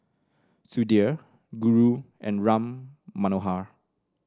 Sudhir Guru and Ram Manohar